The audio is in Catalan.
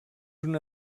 una